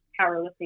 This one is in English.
powerlifting